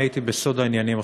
אני הייתי בסוד העניינים.